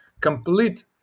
complete